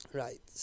right